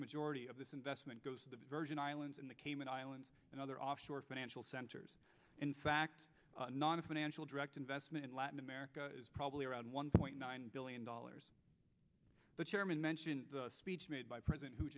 majority of this investment goes to the virgin islands in the cayman islands and other offshore financial centers in fact not a financial direct investment in latin america is probably around one point nine billion dollars the chairman mentioned the speech made by president